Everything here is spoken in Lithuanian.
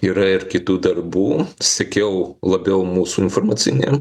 yra ir kitų darbų sekiau labiau mūsų informacinį